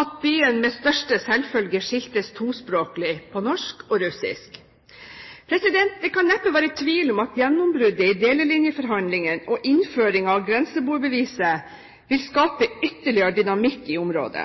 at byen med største selvfølge skiltes tospråklig: på norsk og på russisk. Det kan neppe være tvil om at gjennombruddet i delelinjeforhandlingene og innføring av grenseboerbeviset vil skape ytterligere dynamikk i området.